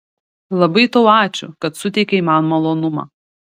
labai tau ačiū kad suteikei man malonumą